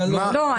לא,